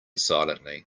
silently